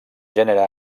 gènere